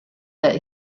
that